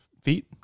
feet